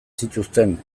zituzten